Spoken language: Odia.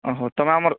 ଓଃ ତମେ ଆମର୍